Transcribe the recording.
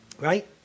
Right